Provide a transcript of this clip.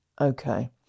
Okay